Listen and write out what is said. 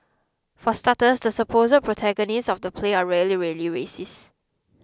for starters the supposed 'protagonists' of the play are really really racist